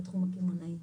בתחום הקמעונאי.